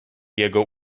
jego